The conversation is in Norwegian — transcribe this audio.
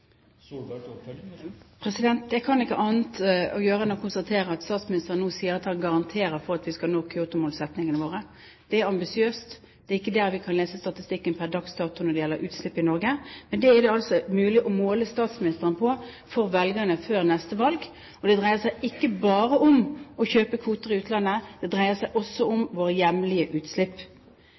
Jeg kan ikke gjøre annet enn å konstatere at statsministeren nå sier at han garanterer at vi skal nå Kyoto-målsettingene våre. Det er ambisiøst. Det er ikke det vi kan lese av statistikken pr. dags dato når det gjelder utslipp i Norge. Men dette er det mulig for velgerne å måle statsministeren på før neste valg. Dette dreier seg ikke bare om å kjøpe kvoter i utlandet, det dreier seg også om våre hjemlige utslipp.